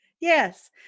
Yes